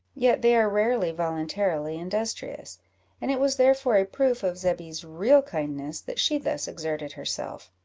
yet they are rarely voluntarily industrious and it was therefore a proof of zebby's real kindness, that she thus exerted herself.